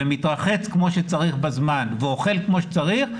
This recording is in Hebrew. מתרחץ כמו שצריך בזמן ואוכל כמו שצריך,